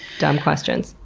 dumb questions.